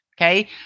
okay